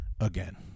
again